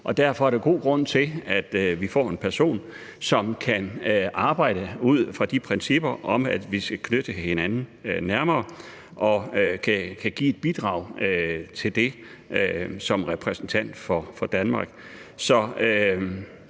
Derfor er der god grund til, at vi får en person, som kan arbejde ud fra de principper om, at vi skal knytte os nærmere til hinanden, og som kan give et bidrag til det som repræsentant for Danmark.